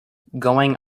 going